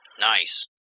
Nice